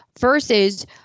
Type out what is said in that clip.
versus